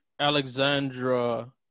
Alexandra